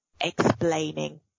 explaining